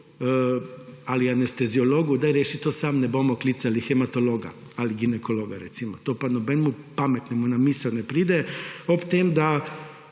ali anesteziologu, daj reši to sam, ne bomo klicali hematologa ali ginekologa, recimo. To pa nobenemu pametnemu na misel ne pride. Ob tem, da